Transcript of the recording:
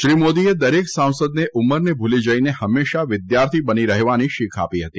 શ્રી મોદીએ દરેક સાંસદને ઉંમરને ભૂલી જઇને હંમેશા વિદ્યાર્થી બની રહેવાની શીખ આપી હતી